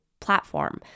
platform